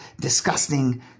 disgusting